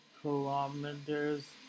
kilometers